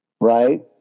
right